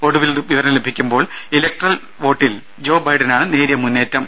ഒടുവിൽ വിവരം ലഭിക്കുമ്പോൾ ഇലക്ടറൽ വോട്ടിൽ ജോ ബൈഡനാണ് നേരിയ മുന്നേറ്റം